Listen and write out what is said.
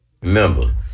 Remember